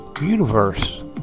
universe